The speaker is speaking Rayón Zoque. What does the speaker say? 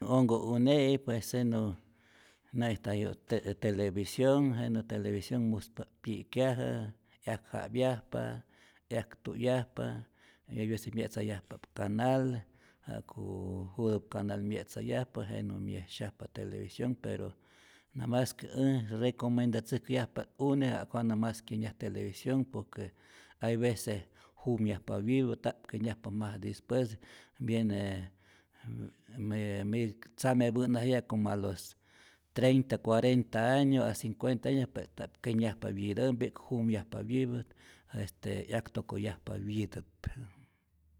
Äj onhko'une'i pues jenä nä'ijtayutät tele television, jenä television muspa'p pyi'kyajä, 'yakja'pyajpa, 'yaktu'yajpa, hay veces mye'tzayajpa'p canal ja'ku jutä'p canal mye'tzayajpa jenä myesyajpa television, pero namas que äj recomendatzäjkyajpa't une' ja'ku jana mas kyenyaj television, por que hay veces jumyajpa wyitäp nta'p kenyajpa mas dispues, viene mi mi tzame pä'najyaj como a los treinte, cuarenta año a cincuenta año, pues nta'p kenyajpa wyita'mpi'k, jumyajpa wyitäp, este 'yaktokoyajpa wyitäp.